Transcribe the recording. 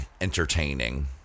entertaining